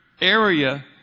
area